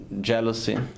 jealousy